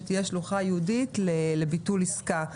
שתהיה שלוחה ייעודית לביטול עסקה.